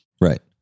Right